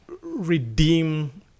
redeem